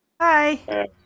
Hi